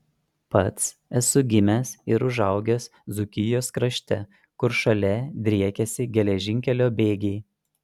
pats esu gimęs ir užaugęs dzūkijos krašte kur šalia driekėsi geležinkelio bėgiai